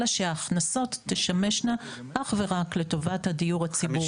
אלא שההכנסות תשמשנה אך ורק לטובת הדיור הציבורי.